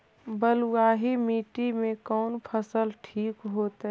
बलुआही मिट्टी में कौन फसल ठिक होतइ?